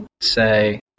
say